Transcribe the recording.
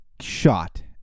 shot